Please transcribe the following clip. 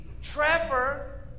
Trevor